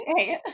Okay